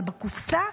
זה בקופסה,